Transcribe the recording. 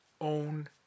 own